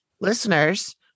listeners